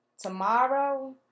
tomorrow